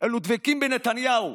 אלא דבקים בנתניהו,